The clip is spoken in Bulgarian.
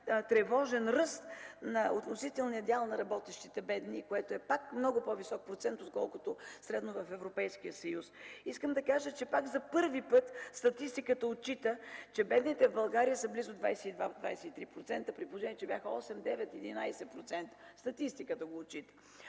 тревожен ръст на относителния дял на работещите бедни, процентът на които е много по-висок отколкото средния в Европейския съюз. Пак за първи път статистиката отчита, че бедните в България са близо 22-23%, при положение, че бяха 8-9-11%. Статистиката го отчита.